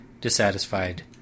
dissatisfied